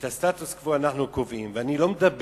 אתה רוצה